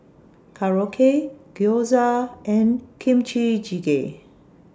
Korokke Gyoza and Kimchi Jjigae